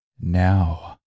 now